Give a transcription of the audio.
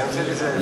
לא.